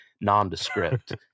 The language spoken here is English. nondescript